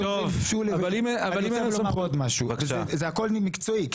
אנחנו מדברים כאן דוגרי.